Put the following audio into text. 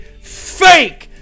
fake